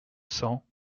cent